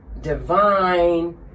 divine